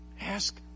Ask